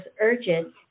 urgent